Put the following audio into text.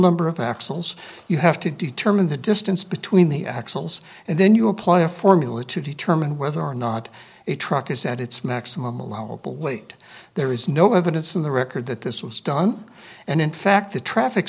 number of axles you have to determine the distance between the axles and then you apply a formula to determine whether or not a truck is at its maximum allowable weight there is no evidence in the record that this was done and in fact a traffic